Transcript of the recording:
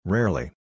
Rarely